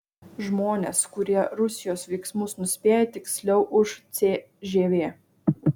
žmonės kurie rusijos veiksmus nuspėja tiksliau už cžv